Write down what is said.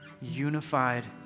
unified